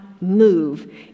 move